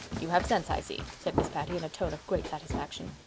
you have sense, i see, said miss patty in a tone of great satisfaction.